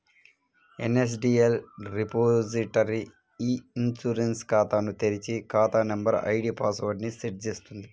NSDL repository e insurance ఖాతాను తెరిచి, ఖాతా నంబర్, ఐడీ పాస్ వర్డ్ ని సెట్ చేస్తుంది